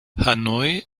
hanoi